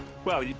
well,